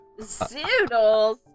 Zoodles